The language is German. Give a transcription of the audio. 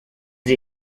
sie